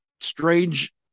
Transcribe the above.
strange